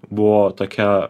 buvo tokia